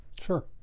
Sure